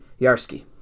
Yarsky